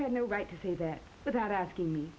have no right to say that without asking me